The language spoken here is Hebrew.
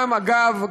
אגב,